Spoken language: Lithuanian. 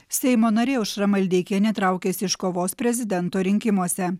seimo narė aušra maldeikienė traukiasi iš kovos prezidento rinkimuose